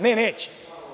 Ne, neće.